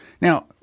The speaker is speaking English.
Now